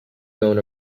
known